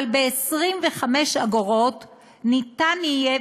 אבל ב-25 אגורות ניתן יהיה,